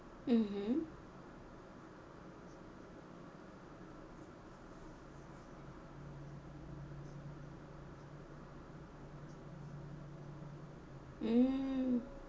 mmhmm mm